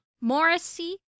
Morrissey